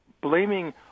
blaming